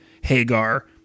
Hagar